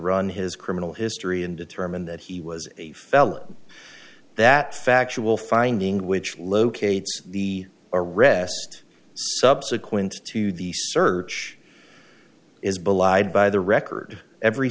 run his criminal history and determined that he was a felon that factual finding which locates the arrest subsequent to the search is belied by the record every